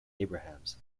abrahams